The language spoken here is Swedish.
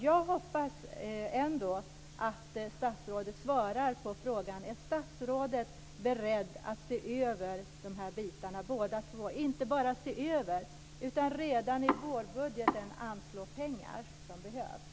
Jag hoppas att statsrådet svarar på frågan: Är statsrådet beredd att se över båda de här bitarna, och inte bara se över utan också i vårbudgeten anslå de pengar som behövs?